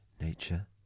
Nature